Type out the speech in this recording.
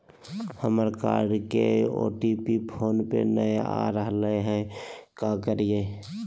हमर कार्ड के OTP phone पे नई आ रहलई हई, का करयई?